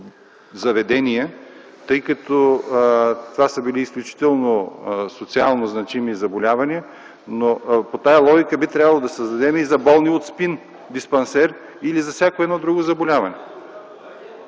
тъй като това са били изключително социално значими заболявания, но по тази логика би трябвало да създадем и за болни от СПИН диспансер или за всяко едно друго заболяване.